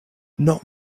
not